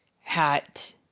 hat